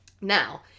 Now